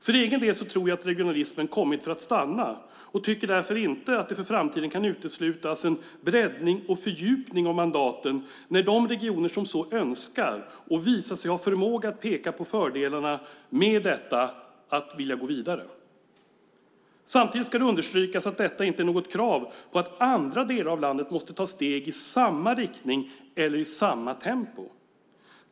För egen del tror jag att regionalismen kommit för att stanna och tycker därför inte att det för framtiden kan uteslutas en breddning och fördjupning av mandaten när de regioner som så önskar och visat sig ha förmåga kan peka på fördelarna med detta att vilja gå vidare. Samtidigt ska det understrykas att detta inte är något krav på att andra delar av landet måste ta steg i samma riktning eller i samma tempo.